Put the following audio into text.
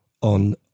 on